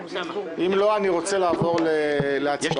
אם לא, אני רוצה לעבור להצבעה.